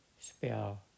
Spell